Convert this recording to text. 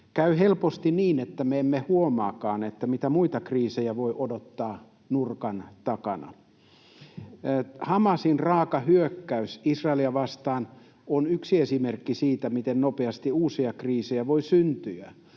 käy helposti niin, että me emme huomaakaan, mitä muita kriisejä voi odottaa nurkan takana. Hamasin raaka hyökkäys Israelia vastaan on yksi esimerkki siitä, miten nopeasti uusia kriisejä voi syntyä.